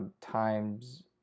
times